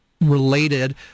related